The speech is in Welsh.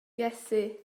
iesu